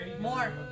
More